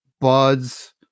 buds